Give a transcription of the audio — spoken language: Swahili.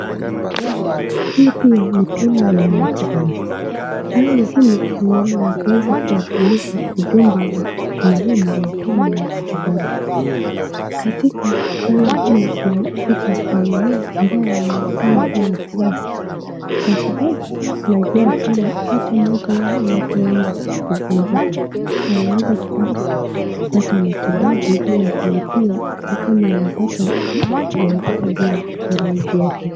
Hii pia ni bima la matibabu. Bango hili ni la kuweza kuwasilisha ujumbe wa umuhimu wa bima la matibabu. Katika bango ili kuna picha la familia ambayo wanaonekana kuwa na furaha sana. Kwa sababu wanajua kwamba ata mmoja wao anapanga kungonjeka wanaweza kupata matibabu bila kulipia ata kama waweza kungojeka bila matarajio.